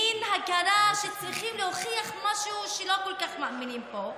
מין הכרה שצריכים להוכיח משהו שלא כל כך מאמינים בו,